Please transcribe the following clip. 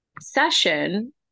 session